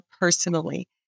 personally